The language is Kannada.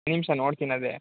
ಒಂದು ನಿಮಿಷ ನೋಡ್ತೀನಿ ಅದೇ